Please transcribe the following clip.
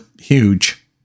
huge